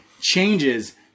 changes